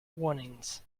warnings